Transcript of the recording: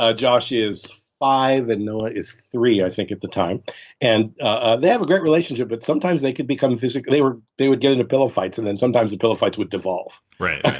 ah josh is five and noah is three i think at the time and ah they have a great relationship but sometimes they could become physically or they would get into pillow fights and then sometimes the pillow fights would devolve right